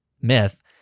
myth